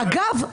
אגב,